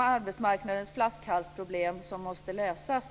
arbetsmarknadens flaskhalsproblem, som måste lösas.